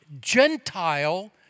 gentile